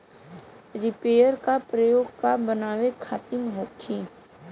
Reaper का प्रयोग का बनावे खातिन होखि?